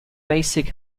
basic